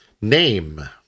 Name